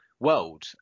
world